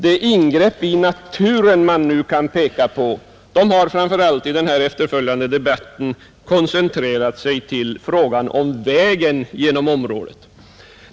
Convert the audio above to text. De ingrepp i naturen som man nu kan peka på har framför allt i den efterföljande debatten koncentrerat sig kring frågan om vägen genom området.